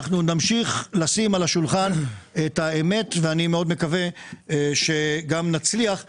אנחנו נמשיך לשים על השולחן את האמת ואני מאוד מקווה שגם נצליח לשכנע,